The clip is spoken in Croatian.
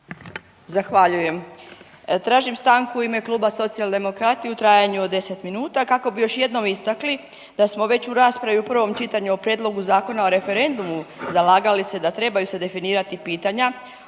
Zahvaljujem. Tražim stanku u ime Kluba Socijaldemokrati u trajanju od 10 minuta kako bi još jednom istakli da smo već u raspravi u prvom čitanju o Prijedlogu Zakona o referendumu zalagali se da trebaju se definirati pitanja